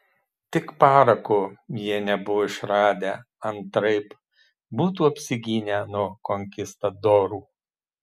tik parako jie nebuvo išradę antraip būtų apsigynę nuo konkistadorų